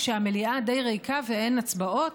כשהמליאה די ריקה ואין הצבעות,